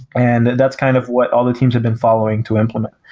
and that's kind of what all the teams have been following to implement.